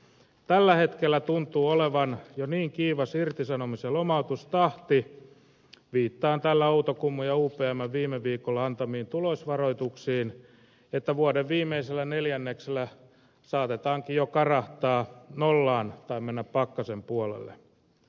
tällä hetkellä tuntuu olevan jo niin kiivas irtisanomis ja lomautustahti viittaan tällä outokummun ja upmn viime viikolla antamiin tulosvaroituksiin että vuoden viimeisellä neljänneksellä saatetaankin jo karahtaa nollaan tai mennä pakkasen puolelle